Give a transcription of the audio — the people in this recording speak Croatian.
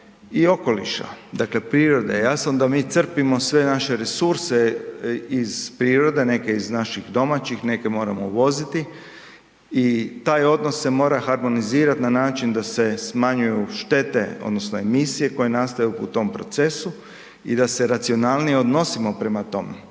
i okoliša, dale prirode. Ja sam da mi crpimo sve naše resurse iz prirode, neke iz naših domaćih neke moramo uvoziti i taj odnos se mora harmonizirat na način da se smanjuju štete odnosno emisije koje nastaju u tom procesu i da se racionalnije odnosimo prema tom